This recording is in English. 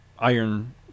iron